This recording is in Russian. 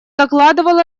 докладывал